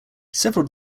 several